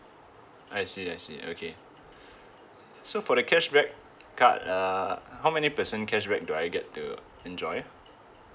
I see I see okay so for the cashback card uh how many percent cashback do I get to enjoy